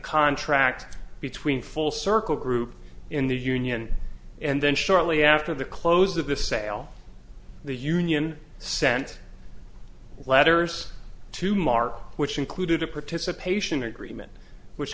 contract between full circle group in the union and then shortly after the close of the sale the union sent letters to mark which included a participation agreement which